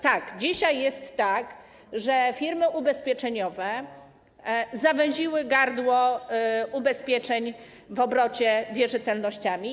Tak, dzisiaj jest tak, że firmy ubezpieczeniowe zawęziły gardło ubezpieczeń w obrocie wierzytelnościami.